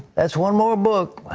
that is one more book.